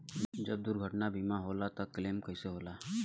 जब दुर्घटना बीमा होला त क्लेम कईसे होला?